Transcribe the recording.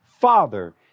father